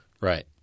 right